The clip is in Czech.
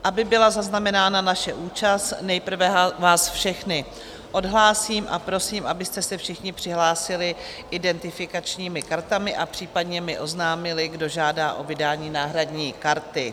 Aby byla zaznamenána naše účast, nejprve vás všechny odhlásím a prosím, abyste se všichni přihlásili identifikačními kartami a případně mi oznámili, kdo žádá o vydání náhradní karty.